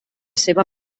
seva